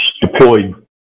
deployed